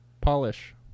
Polish